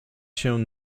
się